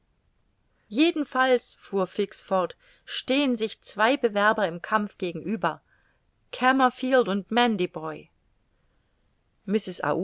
jedenfalls fuhr fix fort stehen sich zwei bewerber im kampf gegenüber kamerfield und mandiboy